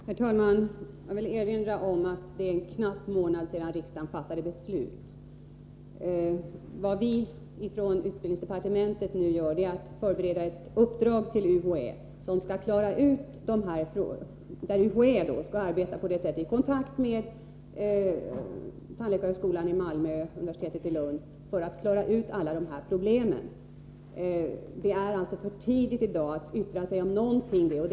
Herr talman! Jag vill erinra om att det är bara en knapp månad sedan riksdagen fattade sitt beslut. Vad vi i utbildningsdepartementet nu gör är att vi förbereder ett uppdrag till UHÄ att i kontakt med tandläkarhögskolan i Malmö och universitetet i Lund klara ut alla problem. Det är i dag för tidigt att yttra sig om dessa saker.